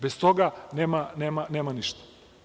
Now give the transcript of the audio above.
Bez toga nema ništa.